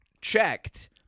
checked